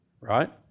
right